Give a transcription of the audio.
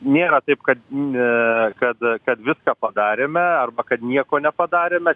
nėra taip kad ne kad kad viską padarėme arba kad nieko nepadarėme